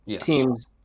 teams